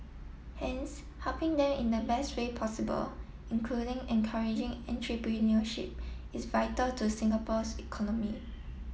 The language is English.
hence helping them in the best way possible including encouraging entrepreneurship is vital to Singapore's economy